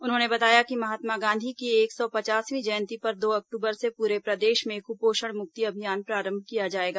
उन्होंने बताया कि महात्मा गांधी की एक सौ पचासवीं जयंती पर दो अक्टूबर से पूरे प्रदेश में कुपोषण मुक्ति अभियान प्रारंभ किया जाएगा